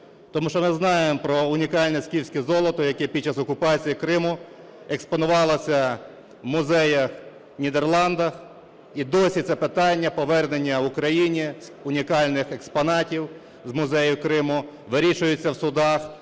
Тому що ми знаємо про унікальне "скіфське золото", яке під час окупації Криму експонувалося в музеях в Нідерландах. І досі це питання повернення Україні унікальних експонатів з музею Криму вирішується в судах,